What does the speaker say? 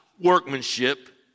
workmanship